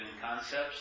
concepts